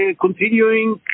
continuing